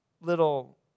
little